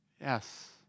yes